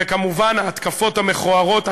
וכמובן ההתקפות המכוערות,